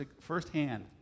firsthand